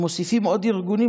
הם מוסיפים עוד ארגונים,